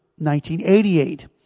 1988